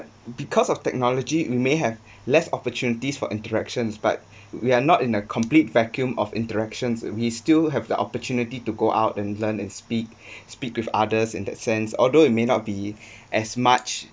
because of technology we may have less opportunities for interaction but we are not in a complete vacuum of interactions and we still have the opportunity to go out and learn and speak speak with others in that sense although it may not be as much